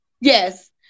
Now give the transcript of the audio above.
Yes